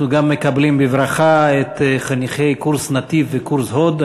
אנחנו גם מקבלים בברכה את חניכי קורס "נתיב" וקורס הו"ד,